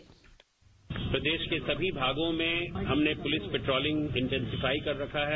bite प्रदेश के सभी भागों में हमने पुलिस पेट्रोलिंग इंटेनसिफाई कर रखा है